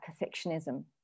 perfectionism